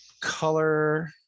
Color